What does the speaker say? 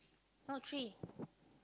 no tree